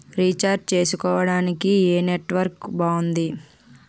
Recharge చేసుకోవటానికి ఏం network బాగుంది?